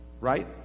right